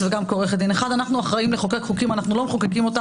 שאנחנו עושים פה.